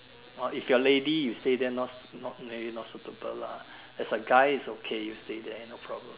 orh if you're lady you stay there not not maybe not suitable lah as a guy is okay you stay there no problem